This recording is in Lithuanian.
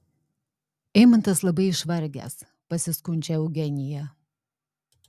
eimantas labai išvargęs pasiskundžia eugenija